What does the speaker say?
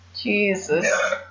Jesus